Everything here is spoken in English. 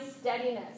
steadiness